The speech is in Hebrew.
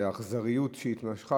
באכזריות שהתמשכה,